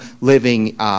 living